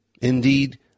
indeed